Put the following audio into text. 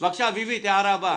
בבקשה, אביבית, ההערה הבאה.